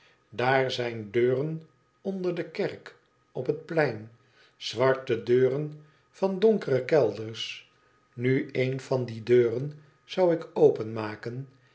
daar zijn deuren f der de kerk op het plein zwarte deuren van donkere kelders nu een d die deuren zou ik openmaken